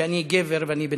שאני גבר ואני בן-אדם.